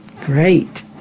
Great